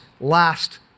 last